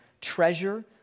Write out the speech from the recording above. treasure